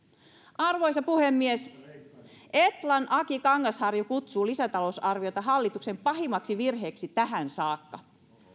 arvoisa puhemies etlan aki kangasharju kutsuu lisätalousarviota hallituksen pahimmaksi virheeksi tähän saakka